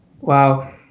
Wow